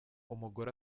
umugore